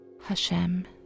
Hashem